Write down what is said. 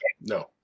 No